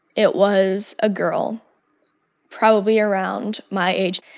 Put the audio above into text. it was a girl probably around my age,